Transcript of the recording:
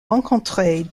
rencontrés